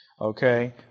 Okay